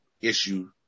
issue